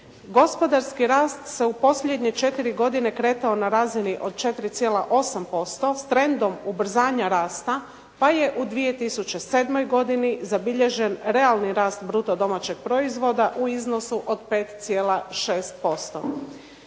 Gospodarski rast se u posljednje četiri godine kretao na razini od 4,8% s trendom ubrzanja rasta pa je u 2007. godini zabilježen realni rast bruto domaćeg proizvoda u iznosu od 5,6%.